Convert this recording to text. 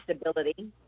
stability